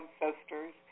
ancestors